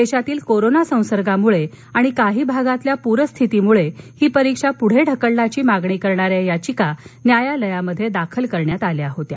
देशातील कोरोना संसर्गामुळे आणि काही भागातील पूरपरिस्थितीमुळे ही परीक्षा पुढे ढकलण्याची मागणी करणाऱ्या याचिका दाखल करण्यात आल्या होत्या